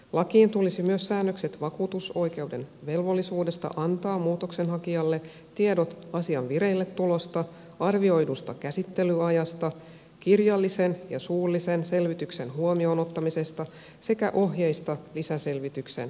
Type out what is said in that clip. lakiin tulisi myös säännökset vakuutusoikeuden velvollisuudesta antaa muutoksenhakijalle tiedot asian vireilletulosta arvioidusta käsittelyajasta kirjallisen ja suullisen selvityksen huomioon ottamisesta sekä ohjeista lisäselvityksen toimittamiseksi